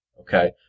Okay